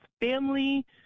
family